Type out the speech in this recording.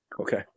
Okay